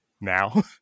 now